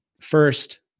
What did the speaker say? First